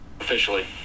officially